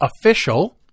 official